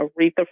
Aretha